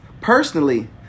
personally